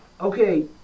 okay